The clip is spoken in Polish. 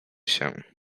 się